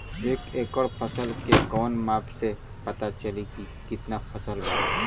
एक एकड़ फसल के कवन माप से पता चली की कितना फल बा?